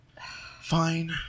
Fine